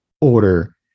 order